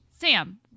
sam